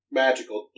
magical